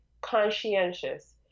conscientious